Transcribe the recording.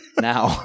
Now